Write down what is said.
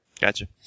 Gotcha